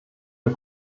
der